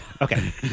Okay